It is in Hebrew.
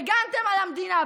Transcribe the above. הגנתם על המדינה.